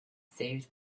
saved